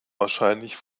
wahrscheinlich